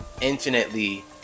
infinitely